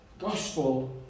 Gospel